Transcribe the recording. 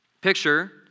Picture